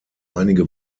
einige